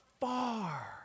far